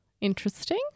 Interesting